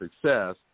success